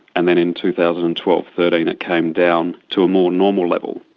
and then in two thousand and twelve thirteen it came down to a more normal level.